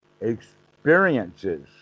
Experiences